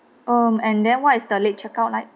um and then what is the late check out like